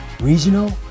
regional